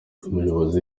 umuyobozi